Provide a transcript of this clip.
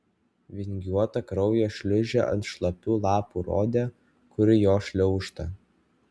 vingiuota kraujo šliūžė ant šlapių lapų rodė kur jo šliaužta